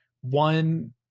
one